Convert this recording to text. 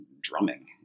drumming